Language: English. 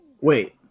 wait